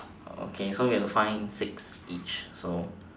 okay so we have to find six each so